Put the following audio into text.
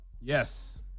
Yes